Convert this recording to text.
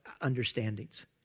understandings